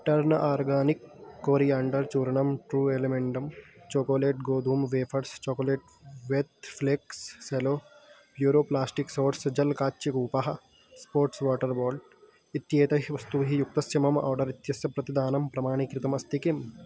turn organic coriander चूर्णं true एलिमेण्डं chocolate गोधूं wafers chocolate wheat flakes Cello Puro plastic सोट्स् जलं काच्यकूपः स्पोर्ट्स् वाटर् बाल्ट् इत्येतैः वस्तूभिः युक्तस्य मम आर्डर् इत्यस्य प्रतिदानं प्रमाणीकृतमस्ति किम्